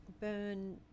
Burn